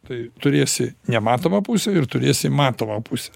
tai turėsi nematomą pusę ir turėsi matomą pusę